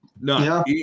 No